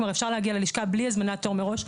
כלומר כבר אפשר להגיע ללשכה בלי הזמנת תור מראש,